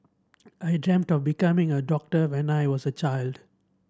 I dreamt of becoming a doctor when I was a child